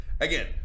Again